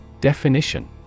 Definition